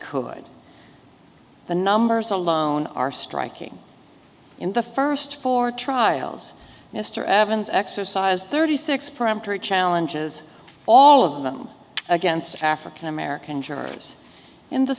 could the numbers alone are striking in the first four trials mr evans exercised thirty six peremptory challenges all of them against african american jurors in the